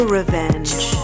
revenge